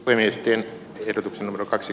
brestin tiedotuksen kaksi